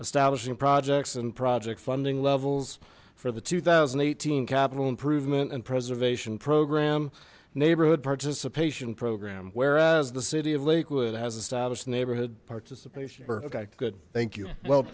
establishing projects and project funding levels for the two thousand and eighteen capital improvement and preservation program neighborhood participation program whereas the city of lakewood has established neighborhood participation birth okay good thank you well